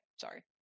sorry